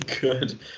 good